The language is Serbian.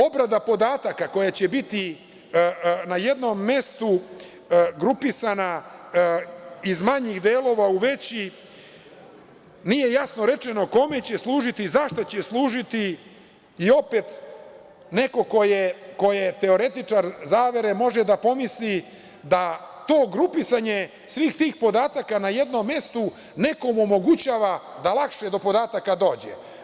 Obrada podataka koja će biti na jednom mestu grupisana iz manjih delova u veći, nije jasno rečeno kome će služiti i za šta će služiti, opet neko ko je teoretičar zavere može da pomisli da to grupisanje svih tih podataka na jednom mestu nekom omogućava da lakše do podataka dođe.